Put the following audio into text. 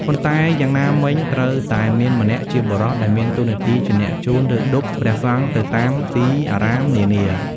ប៉ុន្តែ យ៉ាងណាមិញត្រូវតែមានម្នាក់ជាបុរស ដែលមានតួនាទីជាអ្នកជូន ឬ ឌុបព្រះសង្ឃទៅតាមទីអារាមនានា។